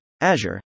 Azure